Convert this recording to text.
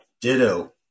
Ditto